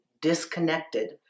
disconnected